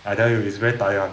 I tell you is very tired [one]